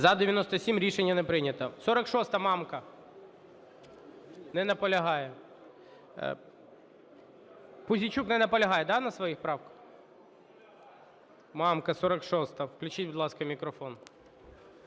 За-97 Рішення не прийнято. 46-а, Мамка. Не наполягає. Пузійчук не наполягає, да, на своїх правках? Мамка, 46-а. Включіть, будь ласка, мікрофон.